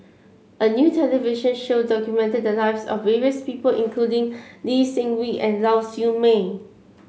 a new television show documented the lives of various people including Lee Seng Wee and Lau Siew Mei